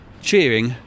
cheering